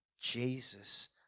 Jesus